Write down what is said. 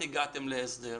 וכמעט הגעתם להסדר.